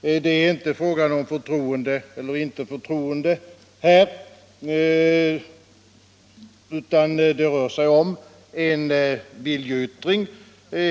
Det är inte fråga om förtroende eller inte förtroende utan det rör sig